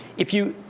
if you,